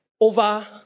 over